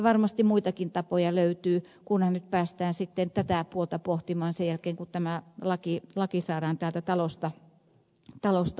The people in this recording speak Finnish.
varmasti muitakin tapoja löytyy kunhan nyt päästään sitten tätä puolta pohtimaan sen jälkeen kun tämä laki saadaan täältä talosta ulos